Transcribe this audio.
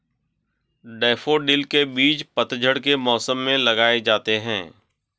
daffodil के बीज पतझड़ के मौसम में लगाए जाते हैं